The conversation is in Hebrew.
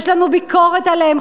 יש לנו ביקורת עליהן.